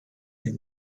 une